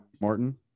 Martin